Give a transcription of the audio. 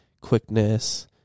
quickness